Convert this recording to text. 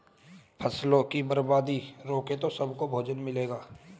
फसलों की बर्बादी रुके तो सबको भोजन मिलेगा